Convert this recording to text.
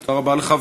תודה רבה לך.